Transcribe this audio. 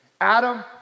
Adam